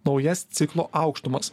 naujas ciklo aukštumas